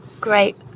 great